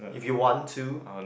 if you want to